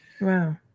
Wow